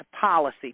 policy